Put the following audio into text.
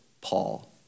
Paul